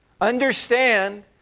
understand